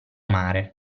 mare